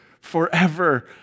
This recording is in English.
forever